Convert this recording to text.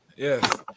Yes